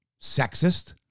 sexist